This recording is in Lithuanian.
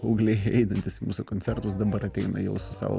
paaugliai einantys į mūsų koncertus dabar ateina jau su savo